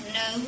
no